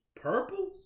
Purple